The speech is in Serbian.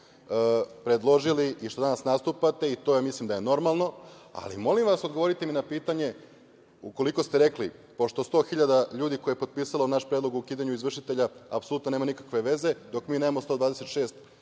predložili i što danas nastupate. To mislim da je normalno. Molim vas odgovorite mi na pitanje, ukoliko ste rekli, pošto 100.000 ljudi koje je potpisalo naš predlog o ukidanju izvršitelja, apsolutno nema nikakve veze, dok mi nemamo 126